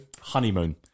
Honeymoon